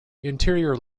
interior